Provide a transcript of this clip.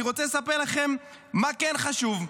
אני רוצה לספר לכם מה כן חשוב.